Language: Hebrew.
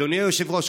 אדוני היושב-ראש,